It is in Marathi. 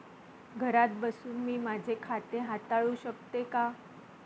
घरात बसून मी माझे खाते हाताळू शकते का?